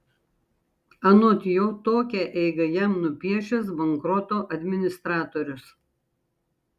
anot jo tokią eigą jam nupiešęs bankroto administratorius